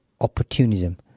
opportunism